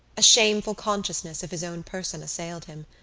a shameful consciousness of his own person assailed him.